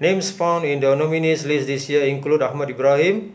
names found in the nominees' list this year include Ahmad Ibrahim